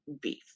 beef